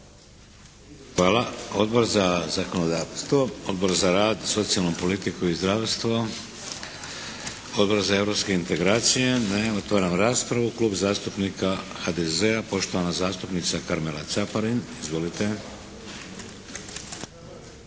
Hvala. Odbor za zakonodavstvo? Odbor za rad, socijalnu politiku i zdravstvo? Odbor za europske integracije? Ne. Otvaram raspravu. Klub zastupnika HDZ-a, poštovana zastupnica Karmela Caparin. Izvolite.